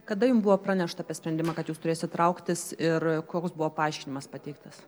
kada jum buvo pranešta apie sprendimą kad jūs turėsit trauktis ir koks buvo paaiškinimas pateiktas